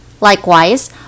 Likewise